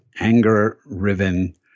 anger-riven